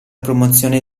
promozione